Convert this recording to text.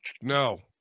No